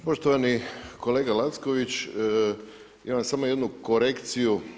Poštovani kolega Lacković, imam samo jedno korekciju.